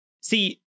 see